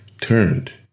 turned